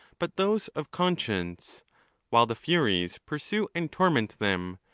but those of conscience while the furies pursue and torment them,